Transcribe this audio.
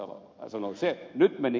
nyt meni ihan sekaisin